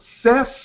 Success